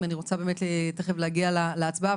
אני רוצה באמת תכף להגיע להצבעה,